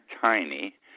tiny